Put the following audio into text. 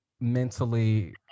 mentally